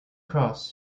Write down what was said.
cross